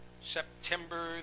September